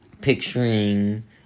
picturing